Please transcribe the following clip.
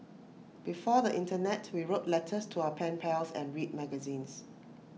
before the Internet we wrote letters to our pen pals and read magazines